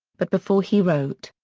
but before he wrote,